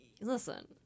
listen